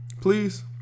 Please